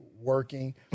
working